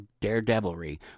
daredevilry